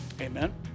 Amen